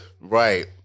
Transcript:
Right